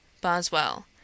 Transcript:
Boswell